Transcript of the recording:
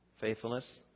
faithfulness